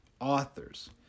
authors